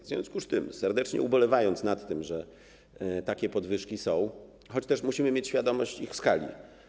W związku z tym, serdecznie ubolewając nad tym, że takie podwyżki są, musimy też mieć świadomość ich skali.